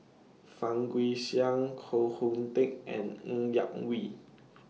Fang Guixiang Koh Hoon Teck and Ng Yak Whee